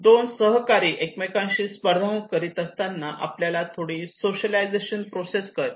दोन सहकारी एकमेकांशी स्पर्धा करीत असताना आपल्याला थोडी सोशलायझेशन प्रोसेस कळते